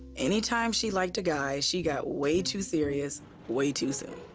any time she liked a guy, she got way too serious way too soon.